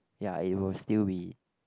ya it will still be